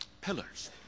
Pillars